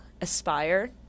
aspire